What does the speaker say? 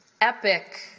epic